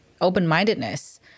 open-mindedness